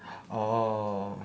orh